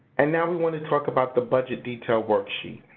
and now we want to talk about the budget detail worksheet.